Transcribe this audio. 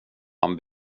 han